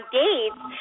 dates